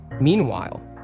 Meanwhile